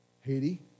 Haiti